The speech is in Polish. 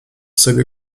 sobie